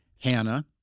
Hannah